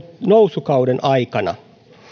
nousukauden aikana